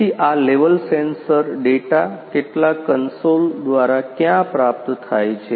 તેથી આ level sensor data કેટલાક કન્સોલ દ્વારા ક્યાં પ્રાપ્ત થાય છે